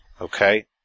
Okay